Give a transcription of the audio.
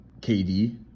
KD